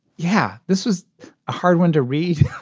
yeah, this is a hard one to read.